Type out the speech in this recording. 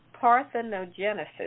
parthenogenesis